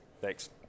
thanks